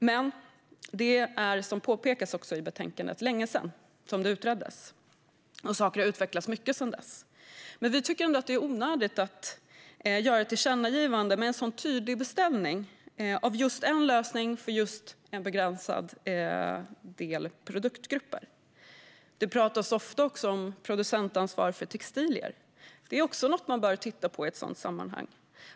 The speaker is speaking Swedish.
Men det är, som påpekas i betänkandet, länge sedan det utreddes, och saker har utvecklats mycket sedan dess. Men vi tycker ändå att det är onödigt att göra ett tillkännagivande med en så tydlig beställning av just en lösning för en begränsad del produktgrupper. Det pratas ofta om producentansvar också för textilier. Även detta är något man bör titta på i ett sådant sammanhang.